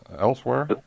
elsewhere